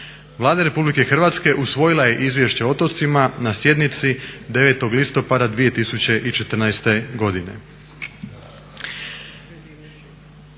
Vlada Republike Hrvatske usvojila je Izvješće o otocima na sjednici 9. listopada 2014. godine.